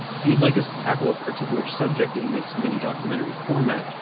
if you'd like us to tackle a particular subject in this mini-documentary format,